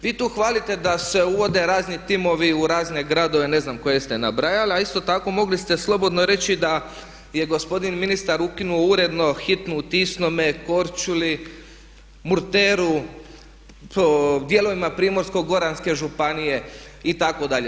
Vi tu hvalite da se uvode razni timovi u razne gradove, ne znam koje ste nabrajali, a isto tako mogli ste slobodno reći da je gospodin ministar ukinuo uredno hitnu u Tisnome, Korčuli, Murteru, dijelovima Primorsko-goranske županije itd.